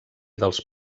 dels